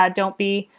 ah don't be.